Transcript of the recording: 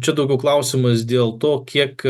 čia daugiau klausimas dėl to kiek